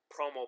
promo